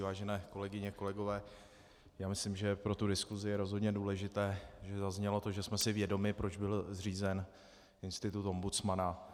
Vážené kolegyně, kolegové, myslím, že pro tu diskusi je rozhodně důležité, že zaznělo to, že jsme si vědomi, proč byl zřízen institut ombudsmana.